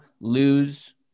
lose